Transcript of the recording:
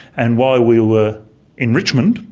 and while we were in richmond,